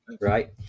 right